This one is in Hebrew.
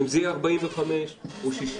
אם זה יהיה 45 יום או 60,